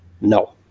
no